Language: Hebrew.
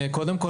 קודם כל,